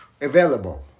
Available